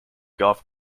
golf